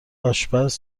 آشپز